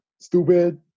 Stupid